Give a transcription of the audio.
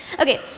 Okay